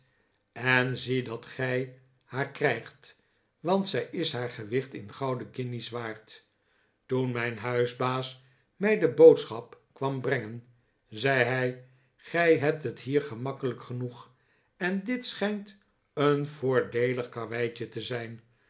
en zie dat gij haar krijgt want zij is haar gewicht in gouden guinjes waard toen mijn huisbaas mij de boodschap kwam brengen zei hij gij hebt jaet hier gemakkelijk genoeg en dit schijnt een voordeelig karweitje te zijn